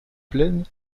plaines